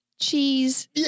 cheese